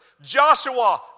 Joshua